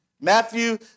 Matthew